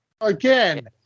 Again